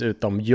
Utom